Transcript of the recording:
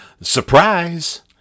Surprise